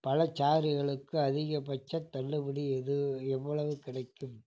பழச்சாறுகளுக்கு அதிகபட்சத் தள்ளுபடி எது எவ்வளவு கிடைக்கும்